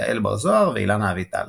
יעל בר-זוהר ואילנה אביטל.